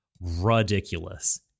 ridiculous